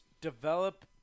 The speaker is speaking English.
develop